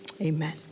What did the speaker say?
amen